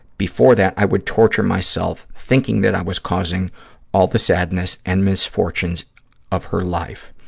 before that, i would torture myself thinking that i was causing all the sadness and misfortunes of her life.